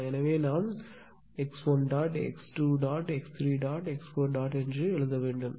எனவே நாம் x1 x2 x3 x4 என்று எழுத வேண்டும்